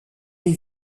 les